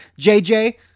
JJ